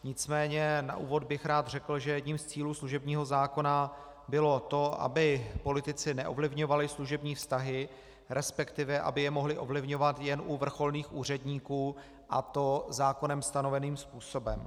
Nicméně na úvod bych rád řekl, že jedním z cílů služebního zákona bylo to, aby politici neovlivňovali služební vztahy, respektive aby je mohli ovlivňovat jen u vrcholných úředníků, a to zákonem stanoveným způsobem.